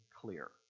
clear